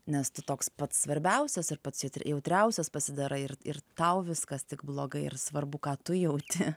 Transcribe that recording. nes tu toks pats svarbiausias ir pats jautriausias pasidarai ir ir tau viskas tik blogai ir svarbu ką tu jauti